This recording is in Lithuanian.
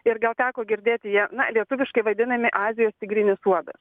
ir gal teko girdėti jie na lietuviškai vadinami azijos tigrinis uodas